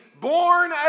born